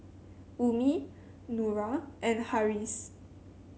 Ummi Nura and Harris